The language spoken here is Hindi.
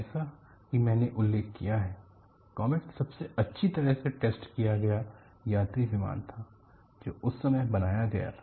जैसा कि मैंने उल्लेख किया है कॉमेट सबसे अच्छी तरह से टेस्ट किया गया यात्री विमान था जो उस समय बनाया गया था